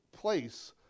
place